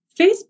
Facebook